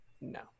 No